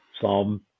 Psalm